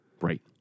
Right